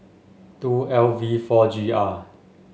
two L V four G R